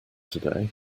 today